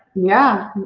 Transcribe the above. yeah,